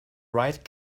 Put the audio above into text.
right